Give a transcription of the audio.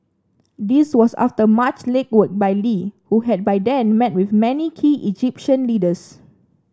this was after much legwork by Lee who had by then met with many key Egyptian leaders